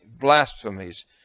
blasphemies